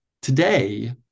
Today